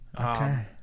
Okay